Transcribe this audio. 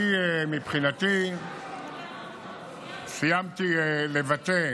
אני מבחינתי סיימתי לבטא